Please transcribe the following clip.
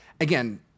again